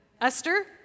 Esther